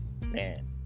man